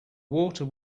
water